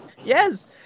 Yes